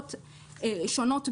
בגזרות שונות,